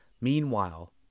Meanwhile